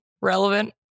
Relevant